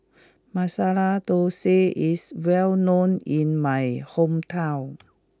Masala Thosai is well known in my hometown